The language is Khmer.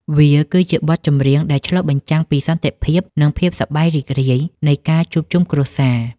វាគឺជាបទចម្រៀងដែលឆ្លុះបញ្ចាំងពីសន្តិភាព និងភាពសប្បាយរីករាយនៃការជួបជុំគ្រួសារ។